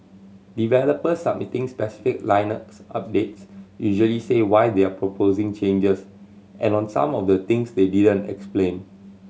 developers submitting specific Linux updates usually say why they're proposing changes and on some of the things they didn't explain